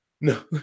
no